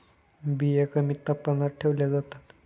बिया कमी तापमानात ठेवल्या जातात